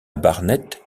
barnett